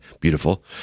Beautiful